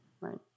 Right